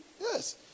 Yes